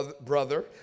brother